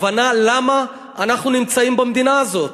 הבנה למה אנחנו נמצאים במדינה הזאת.